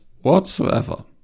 whatsoever